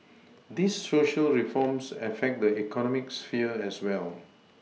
these Social reforms affect the economic sphere as well